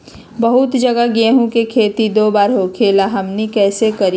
बहुत जगह गेंहू के खेती दो बार होखेला हमनी कैसे करी?